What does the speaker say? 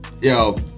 Yo